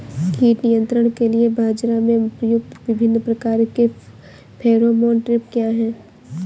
कीट नियंत्रण के लिए बाजरा में प्रयुक्त विभिन्न प्रकार के फेरोमोन ट्रैप क्या है?